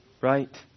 right